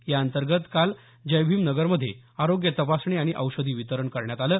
याअंतर्गंत काल जयभीमनगरमध्ये आरोग्य तपासणी आणि औषधी वितरण करण्यात आलं